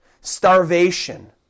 starvation